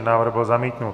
Návrh byl zamítnut.